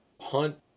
hunt